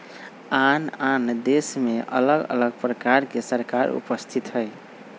आन आन देशमें अलग अलग प्रकार के सरकार उपस्थित हइ